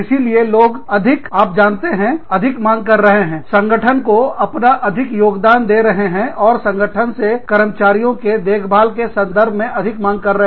इसीलिए लोग अधिक आप जानते हैं अधिक मांग कर रहे हैं संगठन को अपना अधिक योगदान दे रहे हैं और संगठन से कर्मचारियों के देखभाल के संदर्भ में अधिक मांग कर रहे